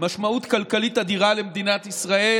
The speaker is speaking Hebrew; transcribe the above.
משמעות כלכלית אדירה למדינת ישראל: